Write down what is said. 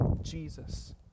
Jesus